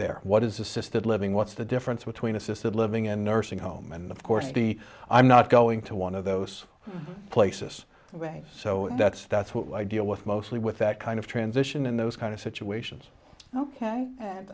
there what is assisted living what's the difference between assisted living in nursing home and of course the i'm not going to one of those places ok so that's that's what i deal with mostly with that kind of transition in those kind of situations ok